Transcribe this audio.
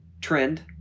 TREND